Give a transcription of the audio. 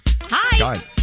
hi